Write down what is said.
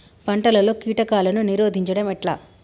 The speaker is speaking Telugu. పంటలలో కీటకాలను నిరోధించడం ఎట్లా?